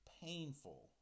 painful